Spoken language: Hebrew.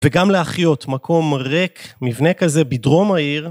וגם להחיות מקום ריק מבנה כזה בדרום העיר...